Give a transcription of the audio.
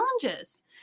challenges